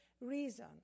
reason